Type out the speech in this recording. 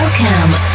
Welcome